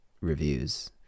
reviews